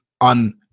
on